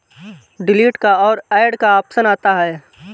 delete का और add का ऑप्शन आता है